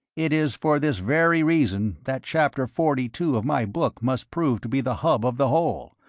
it is for this very reason that chapter forty-two of my book must prove to be the hub of the whole,